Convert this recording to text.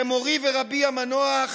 שמורי ורבי המנוח